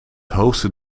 hoogste